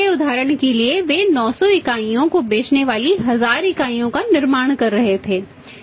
इससे पहले उदाहरण के लिए वे 900 इकाइयों को बेचने वाली 1000 इकाइयों का निर्माण कर रहे थे